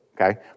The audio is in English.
okay